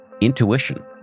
intuition